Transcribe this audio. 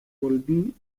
volví